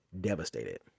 devastated